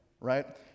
right